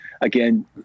again